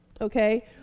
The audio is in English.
okay